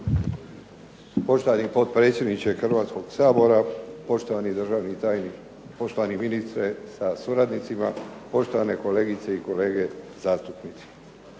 Poštovani potpredsjedniče Hrvatskog sabora, poštovani ministre sa suradnicima, poštovane kolegice i kolege zastupnici.